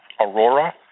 Aurora